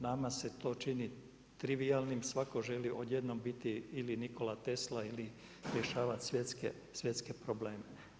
Nama se to čini trivijalnim, svatko želi odjednom biti ili Nikola Tesla ili rješavati svjetske probleme.